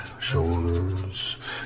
shoulders